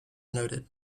noted